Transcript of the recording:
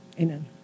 Amen